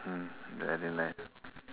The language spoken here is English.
mm very nice